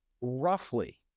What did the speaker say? roughly